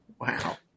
Wow